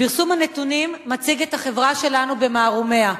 פרסום הנתונים מציג את החברה שלנו במערומיה: